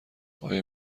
آیا